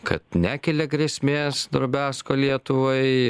kad nekelia grėsmės drobesko lietuvai